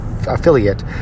affiliate